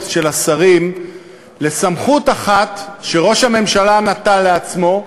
של השרים לסמכות אחת שראש הממשלה נטל לעצמו,